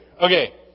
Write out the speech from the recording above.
Okay